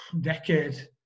decade